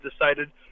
decided